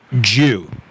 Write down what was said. Jew